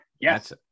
yes